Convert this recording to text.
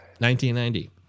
1990